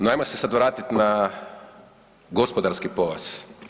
No ajmo se sad vratit na gospodarski pojas.